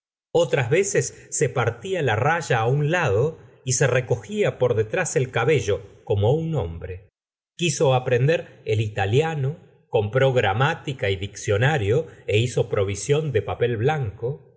otras veces se partía la raya un lado y se recogía por detrás el cabello como un hombre quiso aprender el italiano compró gramática y diccionario é hizo provisión de papel blanco